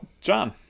John